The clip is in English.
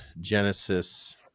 Genesis